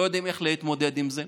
לא יודעים איך להתמודד עם זה.